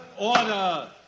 Order